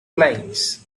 plains